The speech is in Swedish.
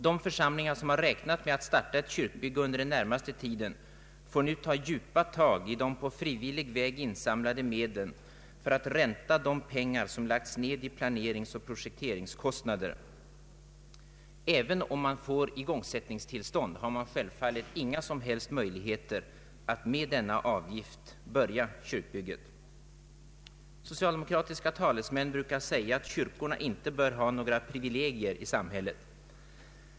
De församlingar som har räknat med att starta ett kyrkbygge under den närmaste tiden får nu ta djupa tag i de på frivillig väg insamlade medlen för att förränta de pengar som har lagts ned i planeringsoch projekteringskostnader. Även om man får igångsättningstillstånd, har man självfallet inga som helst möjligheter att med denna avgift börja ett kyrkbygge. Socialdemokratiska talesmän brukar säga att kyrkorna inte bör ha några privilegier i samhället.